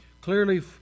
clearly